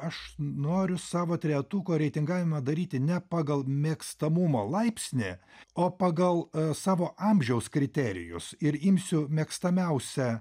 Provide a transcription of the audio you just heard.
aš noriu savo trejetuko reitingavimą daryti ne pagal mėgstamumo laipsnį o pagal savo amžiaus kriterijus ir imsiu mėgstamiausią